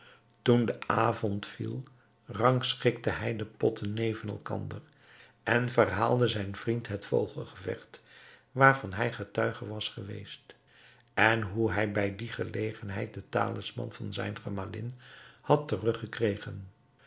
toen de avond viel rangschikte hij de potten neven elkander en verhaalde zijn vriend het vogelgevecht waarvan hij getuige was geweest en hoe hij bij die gelegenheid den talisman van zijne gemalin had